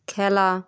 খেলা